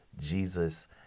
Jesus